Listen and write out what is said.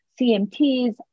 CMTs